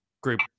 group